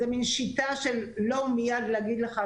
זו מעין שיטה של לא מיד להגיד לך,